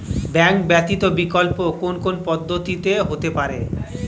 Bank ব্যতীত বিকল্প কোন কোন পদ্ধতিতে হতে পারে?